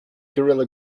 gorilla